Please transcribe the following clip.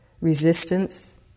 resistance